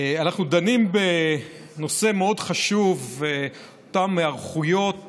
אנחנו דנים בנושא מאוד חשוב, אותן היערכויות